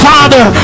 Father